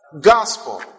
gospel